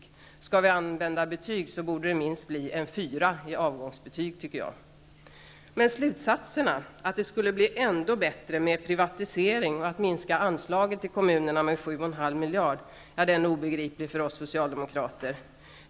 Om vi skall använda betyg borde det bli minst en 4:a i avgångsbetyg, tycker jag. Men slutsatserna, att det skulle bli ännu bättre med privatisering och en minskning av anslaget till kommunerna med 7,5 miljarder kronor, är obegripliga för oss socialdemokrater.